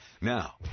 now